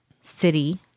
city